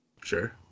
Sure